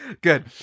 Good